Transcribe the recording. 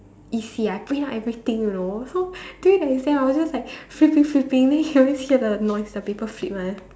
you see I print out everything you know so during the exam I was just like flipping flipping then you can always hear the noise the paper flip one